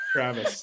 Travis